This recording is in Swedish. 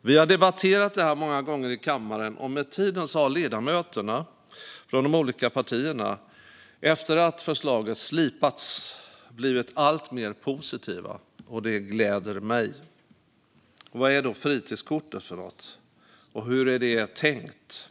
Vi har debatterat det många gånger här i kammaren, och med tiden, efter att förslaget har slipats, har ledamöterna från de olika partierna blivit alltmer positiva. Det gläder mig! Vad är då fritidskortet för något, och hur är det tänkt?